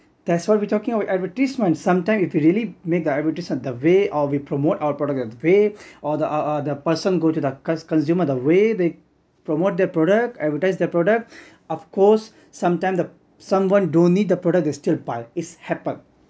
that's why we're talking about advertisement sometimes if we really make the advertisement the way or we promote our products a way or the uh uh the person go to the cons~ consumer the way they promote their product advertise their product of course sometime the someone don't need the product they still buy its happened